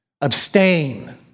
Abstain